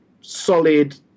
solid